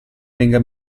venga